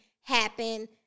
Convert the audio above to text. happen